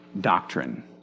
doctrine